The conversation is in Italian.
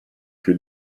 più